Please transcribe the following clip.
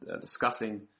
discussing